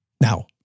Now